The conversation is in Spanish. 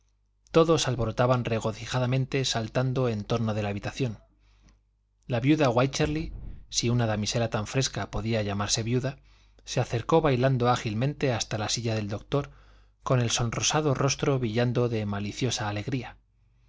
todos alborotaban regocijadamente saltando en torno de la habitación la viuda wycherly si una damisela tan fresca podía llamarse viuda se acercó bailando ágilmente hasta la silla del doctor con el sonrosado rostro brillando de maliciosa alegría